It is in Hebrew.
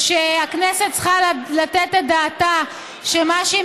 והכנסת צריכה לתת את דעתה שמה שהיא